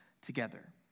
together